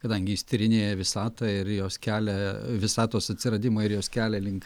kadangi jis tyrinėja visatą ir jos kelią visatos atsiradimą ir jos kelią link